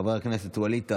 חבר הכנסת ווליד טאהא,